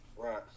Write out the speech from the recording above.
Right